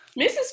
Mrs